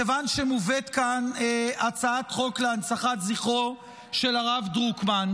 מכיוון שמובאת כאן הצעת חוק להנצחת זכרו של הרב דרוקמן,